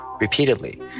repeatedly